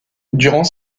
durant